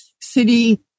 city